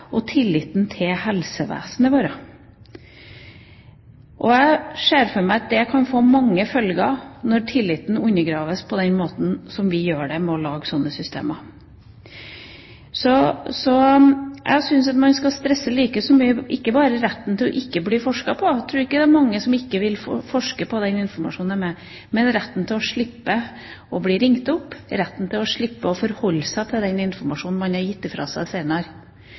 og tilliten til helsevesenet vårt. Jeg ser for meg at det kan få mange følger når tilliten undergraves på den måten som nå gjøres ved at man lager slike systemer. Jeg syns derfor man skal stresse ikke bare retten til ikke å bli forsket på – jeg tror ikke det er mange som ikke vil at det skal forskes på den informasjonen de gir – men like mye retten til å slippe å bli ringt opp, retten til senere å slippe å forholde seg til den informasjonen man har gitt fra seg.